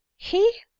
he!